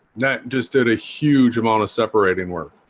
that just did a huge amount of separating work